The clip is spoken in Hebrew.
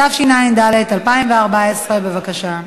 התשע"ד 2014. בבקשה.